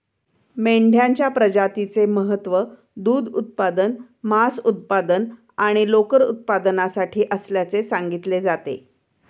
मेंढ्यांच्या प्रजातीचे महत्त्व दूध उत्पादन, मांस उत्पादन आणि लोकर उत्पादनासाठी असल्याचे सांगितले जाते